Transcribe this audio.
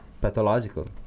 pathological